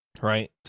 right